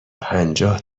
پنجاه